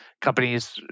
companies